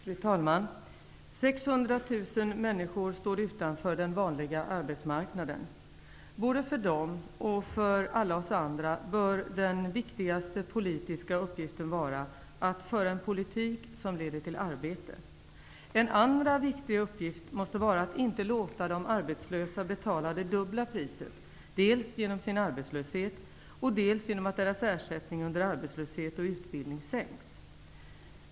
Fru talman! 600 000 människor står utanför den vanliga arbetsmarknaden. Både för dem och för alla oss andra bör den viktigaste politiska uppgiften vara att föra en politik som leder till arbete. En andra viktig uppgift måste vara att inte låta de arbetslösa betala det dubbla priset: dels genom deras arbetslöshet, dels genom att deras ersättning under arbetslöshet och utbildning sänks.